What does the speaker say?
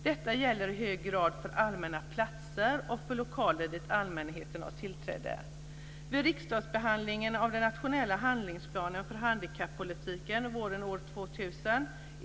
Detta gäller i hög grad för allmänna platser och för lokaler dit allmänheten har tillträde.